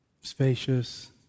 spacious